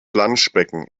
planschbecken